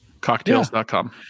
Cocktails.com